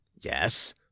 Yes